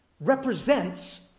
represents